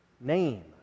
name